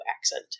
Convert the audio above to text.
accent